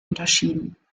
unterschieden